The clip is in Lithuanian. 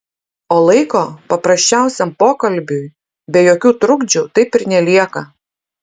o laiko paprasčiausiam pokalbiui be jokių trukdžių taip ir nelieka